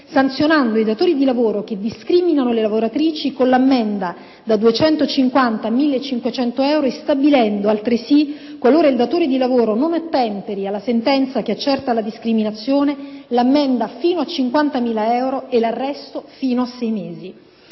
sanzionando i datori di lavoro che discriminano le lavoratrici con l'ammenda da 250 a 1.500 euro e stabilendo altresì, qualora il datore di lavoro non ottemperi alla sentenza che accerta la discriminazione, l'ammenda fino a 50.000 euro e l'arresto fino a sei mesi.